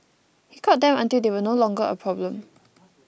he caught them until they were no longer a problem